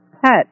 pet